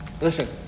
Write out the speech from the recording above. Listen